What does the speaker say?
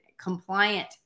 compliant